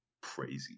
crazy